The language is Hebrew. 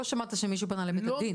אתה לא שמעת שמישהו פנה לבית הדין?